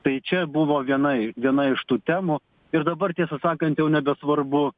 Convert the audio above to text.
tai čia buvo viena viena iš tų temų ir dabar tiesą sakant jau nebesvarbu